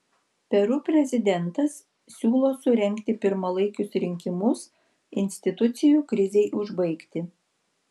peru prezidentas siūlo surengti pirmalaikius rinkimus institucijų krizei užbaigti